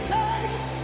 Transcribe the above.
takes